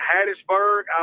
Hattiesburg